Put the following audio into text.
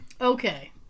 Okay